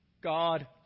God